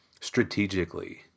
strategically